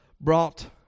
Brought